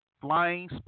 flying